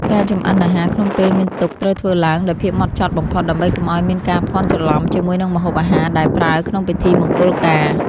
ការចម្អិនអាហារក្នុងពេលមានទុក្ខត្រូវធ្វើឡើងដោយភាពហ្មត់ចត់បំផុតដើម្បីកុំឱ្យមានការភាន់ច្រឡំជាមួយនឹងម្ហូបអាហារដែលប្រើក្នុងពិធីមង្គលការ។